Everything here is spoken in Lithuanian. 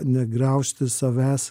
negraužti savęs